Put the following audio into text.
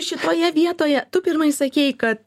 šitoje vietoje tu pirmai sakei kad